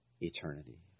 eternity